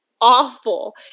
awful